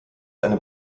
eine